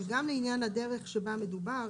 אבל גם לעניין הדרך שבה מדובר,